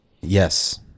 Yes